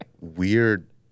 weird